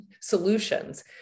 solutions